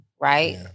right